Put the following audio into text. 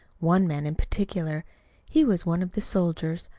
one man in particular he was one of the soldiers,